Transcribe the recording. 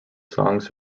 songs